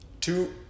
two